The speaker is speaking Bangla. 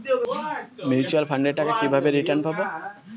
মিউচুয়াল ফান্ডের টাকা কিভাবে রিটার্ন পাব?